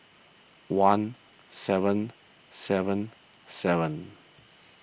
one seven seven seven